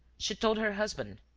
she told her husband.